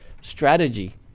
Strategy